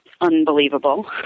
unbelievable